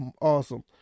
awesome